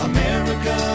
America